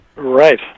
Right